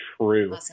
true